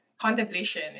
contemplation